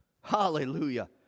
Hallelujah